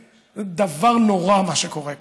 דבר נורא מה שקורה כאן,